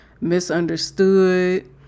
misunderstood